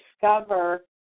discover